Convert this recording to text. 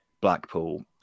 Blackpool